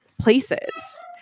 places